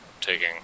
taking